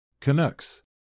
Canucks